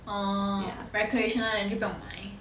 orh recreational then 你就不用买